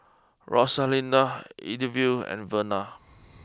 Rosalinda Eithel and Verna